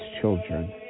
children